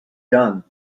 done